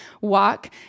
walk